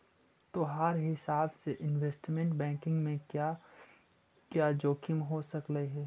तोहार हिसाब से इनवेस्टमेंट बैंकिंग में क्या क्या जोखिम हो सकलई हे